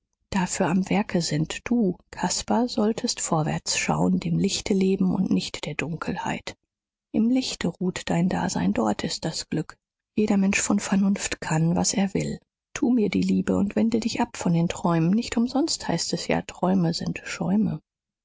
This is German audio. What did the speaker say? dafür am werke sind du caspar solltest vorwärts schauen dem lichte leben und nicht der dunkelheit im lichte ruht dein dasein dort ist das glück jeder mensch von vernunft kann was er will tu mir die liebe und wende dich ab von den träumen nicht umsonst heißt es ja träume sind schäume